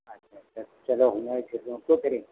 अच्छा अच्छा तो चलो वहीं चलो